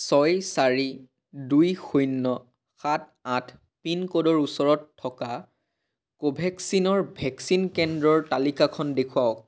ছয় চাৰি দুই শূন্য সাত আঠ পিনক'ডৰ ওচৰত থকা কোভেক্সিনৰ ভেকচিন কেন্দ্ৰৰ তালিকাখন দেখুৱাওক